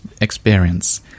experience